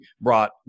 brought